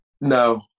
No